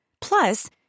Plus